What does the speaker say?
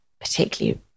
particularly